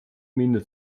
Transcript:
miene